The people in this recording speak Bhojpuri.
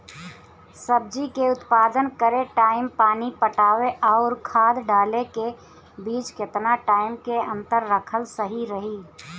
सब्जी के उत्पादन करे टाइम पानी पटावे आउर खाद डाले के बीच केतना टाइम के अंतर रखल सही रही?